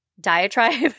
diatribe